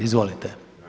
Izvolite.